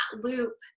loop